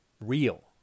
real